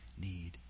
need